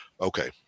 Okay